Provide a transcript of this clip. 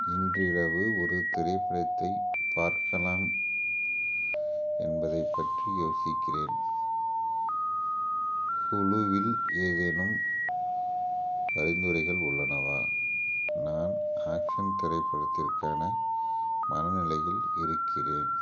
இன்றிரவு ஒரு திரைப்படத்தை பார்க்கலாம் என்பதைப் பற்றி யோசிக்கிறேன் ஹுலு இல் ஏதேனும் பரிந்துரைகள் உள்ளனவா நான் ஆக்ஷன் திரைப்படத்திற்கான மனநிலையில் இருக்கிறேன்